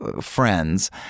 friends